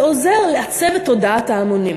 זה עוזר לעצב את תודעת ההמונים.